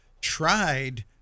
tried